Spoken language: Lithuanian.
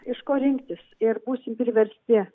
iš ko rinktis ir būsim priversti